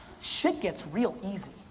shit gets real easy.